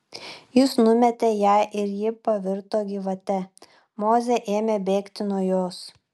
jis numetė ją ir ji pavirto gyvate mozė ėmė bėgti nuo jos